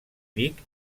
vic